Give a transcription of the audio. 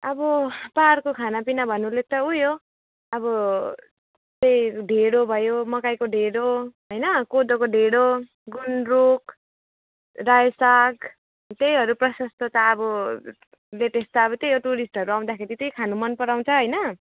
अब पहाडको खानापिना भन्नुले त उही हो अब त्यही ढिँडो भयो मकैको ढिँडो होइन कोदोको ढिँडो गुन्द्रुक रायो साग त्यहीहरू प्रशस्त त अब लेटेस्ट त्यही हो अब टुरिस्टहरू आउँदाखेरि त्यही खानु मन पराउँछ होइन